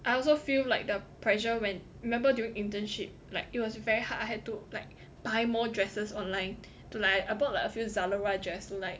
I also feel like the pressure when remember during internship like it was very hard I had to like buy more dresses online to like I bought like a few Zalora dress to like